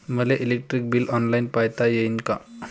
मले electric bill online पायता येईन का?